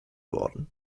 worden